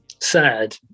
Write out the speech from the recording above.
sad